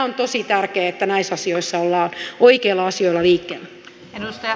on tosi tärkeää että näissä asioissa ollaan oikeilla asioilla liikkeellä